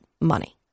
money